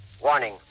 warning